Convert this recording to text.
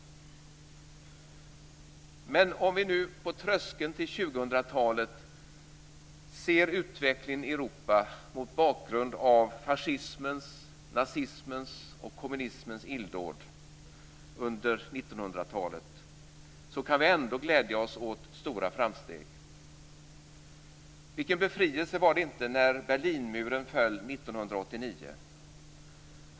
Men om vi nu på tröskeln till 2000-talet ser utvecklingen i Europa mot bakgrund av fascismens, nazismens och kommunismens illdåd under 1900-talet kan vi ändå glädja oss åt stora framsteg. Vilken befrielse var det inte när Berlinmuren föll 1989.